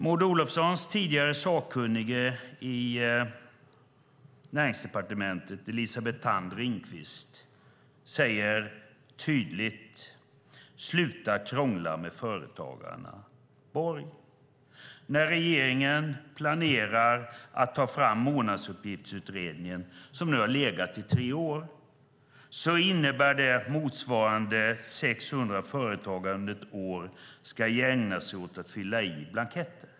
Maud Olofssons tidigare sakkunniga i Näringsdepartementet Elisabeth Thand Ringqvist säger tydligt: Sluta krångla med företagarna, Borg! När regeringen planerar att ta fram Månadsuppgiftsutredningen, som nu har legat i tre år, innebär det att motsvarande 600 företagare under ett år ska ägna sig åt att fylla i blanketter.